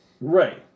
Right